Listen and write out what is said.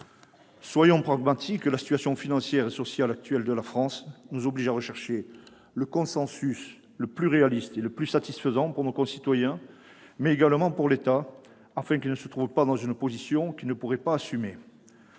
Soyons pragmatiques : l'actuelle situation financière et sociale de la France nous oblige à rechercher le consensus le plus réaliste et le plus satisfaisant pour nos concitoyens, mais également pour l'État, afin qu'il ne se trouve pas dans une position qu'il ne pourrait pas assumer.